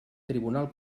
tribunal